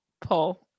Paul